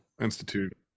institute